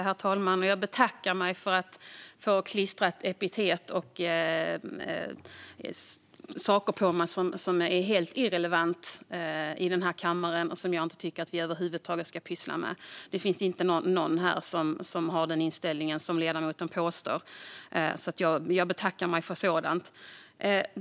Herr talman! Jag betackar mig för att få epitet klistrade på mig. Det är saker som är helt irrelevanta i den här kammaren och som jag inte tycker att vi över huvud taget ska pyssla med. Det finns inte någon här som har den inställning som ledamoten pratar om. Jag betackar mig för sådant.